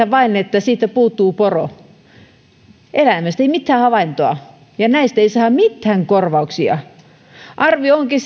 vain että siitä puuttuu poro eläimestä ei ole mitään havaintoa ja näistä ei saada mitään korvauksia arvio onkin